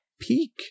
Peak